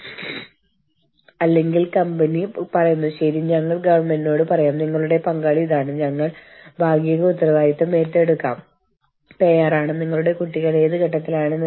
ഏത് തരത്തിലുള്ള ജോലിയാണ് നമ്മൾ ചെയ്യുന്നത് എന്നതിനെ ആശ്രയിച്ചിരിക്കും നമ്മൾ എങ്ങനെ എന്ത് തരത്തിലുള്ള സംരക്ഷണ ഉപകരണങ്ങളാണ് നമ്മുടെ ആളുകൾക്ക് നൽകുന്നത് എന്നത്